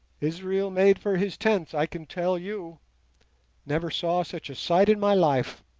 israel made for his tents, i can tell you never saw such a sight in my life